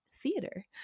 Theater